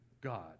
God